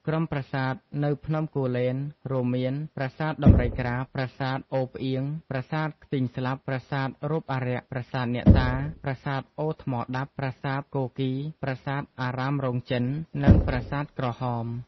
ក្រុមប្រាសាទនៅភ្នំគូលែន រួមមាន ប្រាសាទដំរីក្រាប ប្រាសាទអូរផ្អៀង ប្រាសាទខ្ទីងស្លាប់ ប្រាសាទរូបអារក្ស ប្រាសាទអ្នកតា ប្រាសាទអូរថ្មដាប់ ប្រាសាទគគីរ ប្រាសាទអារាមរោងចិន និងប្រាសាទក្រហម។